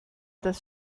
das